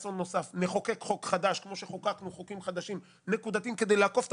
וחס אסון נוסף אז או שנצטרך לחוקק חוק חדש כדי לעקוף את